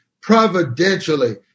providentially